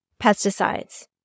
pesticides